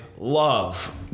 Love